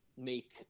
make